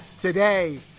today